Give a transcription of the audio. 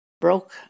broke